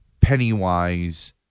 Pennywise